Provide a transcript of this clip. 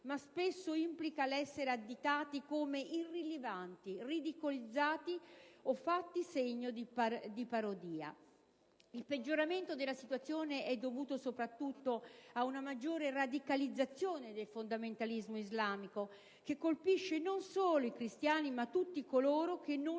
ma spesso implica l'essere additati come irrilevanti, ridicolizzati o fatti segno di parodia». Il peggioramento della situazione è dovuto soprattutto a una maggiore radicalizzazìone del fondamentalismo islamico, che colpisce non solo i cristiani, ma tutti coloro che non